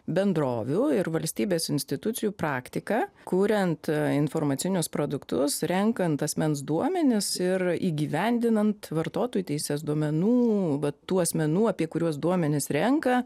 bendrovių ir valstybės institucijų praktiką kuriant informacinius produktus renkant asmens duomenis ir įgyvendinant vartotojų teises duomenų bet tų asmenų apie kuriuos duomenis renka